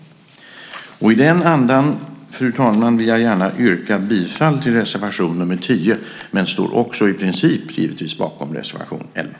I den andan, fru talman, yrkar jag gärna bifall till reservation 10, men jag står i princip givetvis bakom reservation 11.